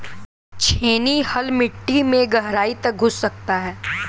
छेनी हल मिट्टी में गहराई तक घुस सकता है